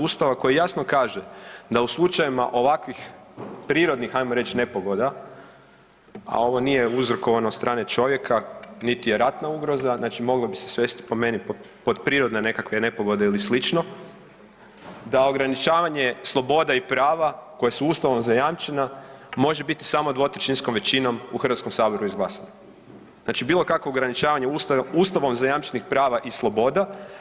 Ustava koji jasno kaže da u slučajevima ovakvih prirodnih ajmo reć nepogoda, a ovo nije uzrokovano od strane čovjeka, niti je ratna ugroza, znači moglo bi se svesti po meni pod prirodne nekakve nepogode ili slično, da ograničavanje sloboda i prava koja su ustavom zajamčena može biti samo dvotrećinskom većinom u HS izglasana, znači, bilo kakvo ograničavanje ustavom zajamčenih prava i sloboda.